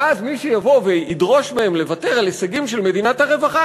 ואז אם מישהו יבוא וידרוש מהם לוותר על הישגים של מדינת הרווחה,